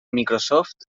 microsoft